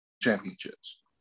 championships